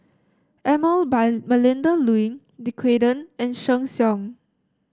Emel by Melinda Looi Dequadin and Sheng Siong